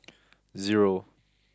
zero